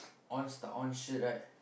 on star on shirt right